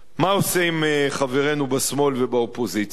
מה עושים חברינו בשמאל ובאופוזיציה?